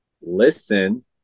listen